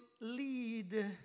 lead